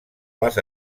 les